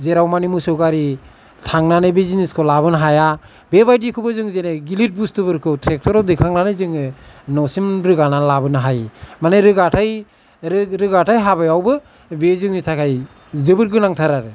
जेराव माने मोसौ गारि थांनानै बे जिनिसखौ लाबोनो हाया बेबायदिखौबो जेरै गिलिर बुस्तुफोरखौ ट्रेक्टराव दैखांनानै जोङो नसिम रोगानानै लाबोनो हायो माने रोगाथाय रो रोगाथाय हाबायावबो बे जोंनि थाखाय जोबोर गोनांथार आरो